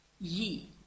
ye